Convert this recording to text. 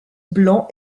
blanc